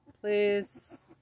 please